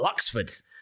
Luxford